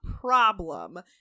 problem